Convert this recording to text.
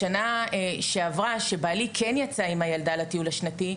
בשנה הקודמת שבעלי כן יצא עם הילדה לטיול השנתי,